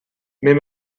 mais